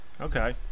Okay